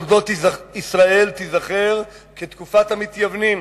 התקופה הזאת בתולדות ישראל תיזכר כתקופת המתייוונים.